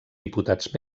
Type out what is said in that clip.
diputats